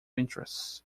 interests